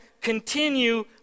continue